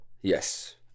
Yes